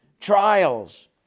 trials